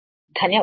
ధన్యవాదాలు